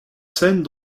scène